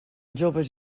jóvens